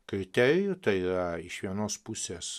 kriterijų tai yra iš vienos pusės